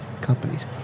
companies